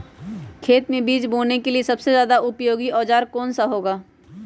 खेत मै बीज बोने के लिए सबसे ज्यादा उपयोगी औजार कौन सा होगा?